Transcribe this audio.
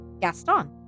Gaston